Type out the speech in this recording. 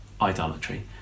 idolatry